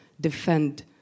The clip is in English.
defend